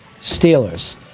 Steelers